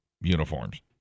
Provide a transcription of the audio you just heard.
uniforms